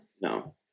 No